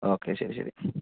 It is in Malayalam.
ഓക്കെ ശരി ശരി